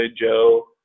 Joe